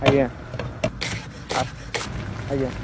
ଆଜ୍ଞା ଆ ଆଜ୍ଞା